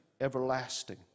everlasting